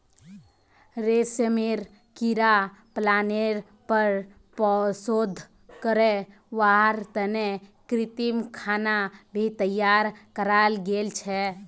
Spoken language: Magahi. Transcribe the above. रेशमेर कीड़ा पालनेर पर शोध करे वहार तने कृत्रिम खाना भी तैयार कराल गेल छे